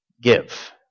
give